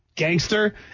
gangster